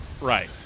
Right